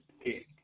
okay